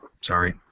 Sorry